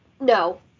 no